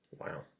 Wow